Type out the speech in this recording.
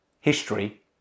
History